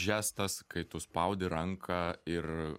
žestas kai tu spaudi ranką ir